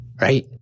Right